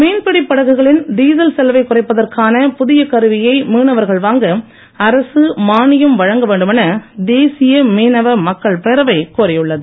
மீன்பிடி படகுகளின் டீசல் செலவை குறைப்பதற்கான புதிய கருவியை மீனவர்கள் வாங்க அரசு மானியம் வழங்க வேண்டும் என தேசிய மீனவ மக்கள் பேரவை கோரியுள்ளது